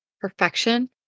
perfection